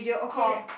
call